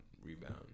Rebound